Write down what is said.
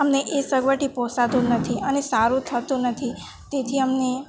અમને એ સગવડથી પોસાતું નથી અને સારું થતું નથી તેથી અમને